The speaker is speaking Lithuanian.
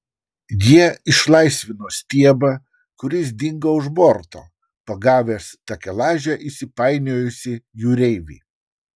jie išlaisvino stiebą kuris dingo už borto pagavęs takelaže įsipainiojusį jūreivį